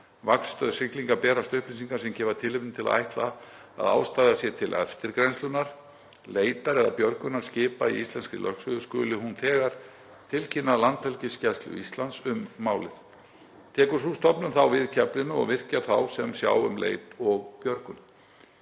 vaktstöð siglinga berast upplýsingar sem gefa tilefni til að ætla að ástæða sé til eftirgrennslunar, leitar eða björgunar skipa í íslenskri lögsögu skuli hún þegar tilkynna Landhelgisgæslu Íslands um málið. Tekur sú stofnun þá við keflinu og virkjar þá sem sjá um leit og björgun.